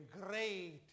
great